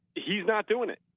he's not doing it.